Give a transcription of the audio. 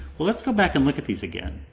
well, let's go back and look at these again.